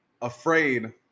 afraid